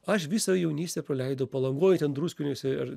aš visą jaunystę praleidau palangoj ten druskininkuose ir